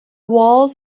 walls